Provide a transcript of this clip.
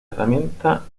herramienta